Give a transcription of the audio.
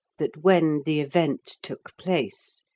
that when the event took place,